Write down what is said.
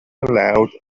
aloud